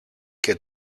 και